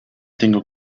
tengo